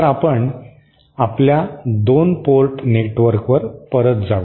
तर आपण आपल्या 2 पोर्ट नेटवर्कवर परत जाऊ